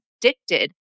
addicted